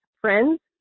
Friends